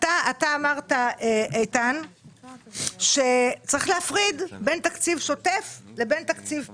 כהן אמר שצריך להפריד בין תקציב שוטף לבין תקציב פיתוח.